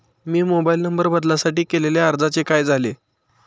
मी mobile number बदलासाठी केलेल्या अर्जाचे काय झाले?